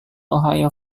ohio